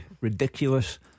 Ridiculous